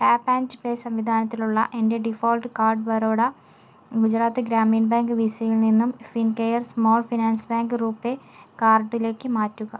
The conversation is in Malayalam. ടാപ്പ് ആൻഡ് പേ സംവിധാനത്തിലുള്ള എൻ്റെ default card Baroda Gujarat Gramin bank വിസയിൽ നിന്നും Fincare small finance bank RuPay കാർഡിലേക്ക് മാറ്റുക